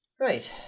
Right